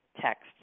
Text